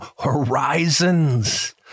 horizons